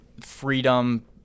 freedom